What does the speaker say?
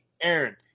Aaron